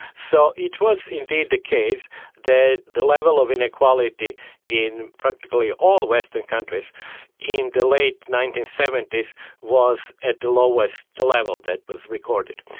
so it was indeed the case that the level of inequality in practically all western countries in the late nineteen seventy s was at the lowest level that was recorded.